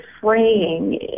fraying